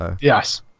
Yes